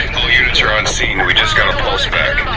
all units are on scene, we just got a pulse back.